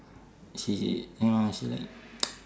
she you know she like